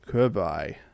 Goodbye